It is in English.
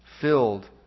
filled